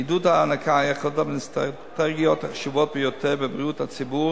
עידוד ההנקה הוא אחת מהאסטרטגיות החשובות ביותר בבריאות הציבור